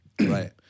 right